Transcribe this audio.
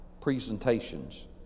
presentations